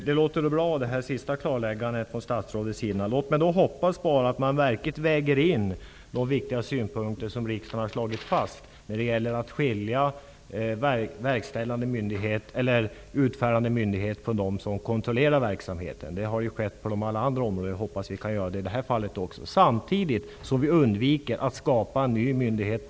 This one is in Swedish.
Herr talman! Det senaste klarläggandet från statsrådet låter bra. Låt oss hoppas att Vägverket väger in de viktiga synpunkter som riksdagen har haft när det gäller att skilja utfärdande myndighet från den som kontrollerar verksamheten. Det har skett på många områden, och jag hoppas att vi kan göra det också på detta område, samtidigt som vi undviker att skapa en ny myndighet.